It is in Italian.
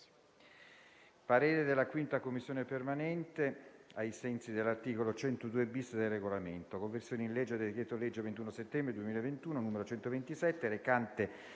parere della 5a Commissione permanente ai sensi dell'articolo 102-*bis* del Regolamento